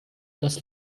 das